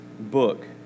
Book